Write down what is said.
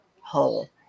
whole